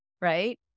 right